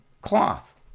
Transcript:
cloth